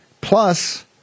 Plus